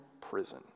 prison